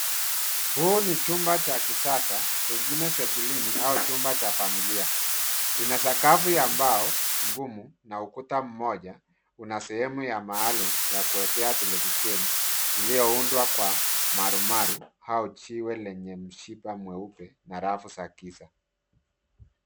Huu ni chumba cha kisasa, pengine sebuleni au chumba cha familia, ina sakafu ya mbao, ngumu , na ukuta mmoja, una sehemu ya maalum, yakuekea televisheni, ilioundwa kwa marumaru, au jiwe lenye mshipa mweupe, na rafu za giza.